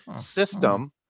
system